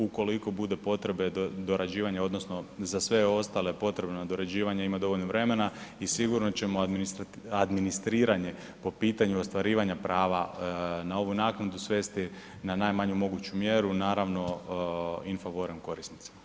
Ukoliko bude potrebe dorađivanja odnosno za sve ostalo potrebe nadorađivanja ima dovoljno vremena i sigurno ćemo administriranje po pitanju ostvarivanja prava na ovu naknadu svesti na najmanju moguću mjeru, naravno in favoren korisnicima.